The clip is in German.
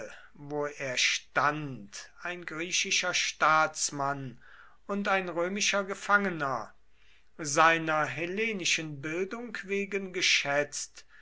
wo er stand ein griechischer staatsmann und ein römischer gefangener seiner hellenischen bildung wegen geschätzt